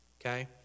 Okay